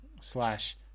slash